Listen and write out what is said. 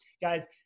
guys